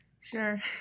Sure